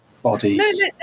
bodies